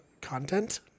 Content